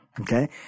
okay